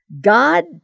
God